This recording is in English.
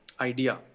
idea